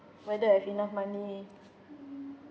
whether I have enough money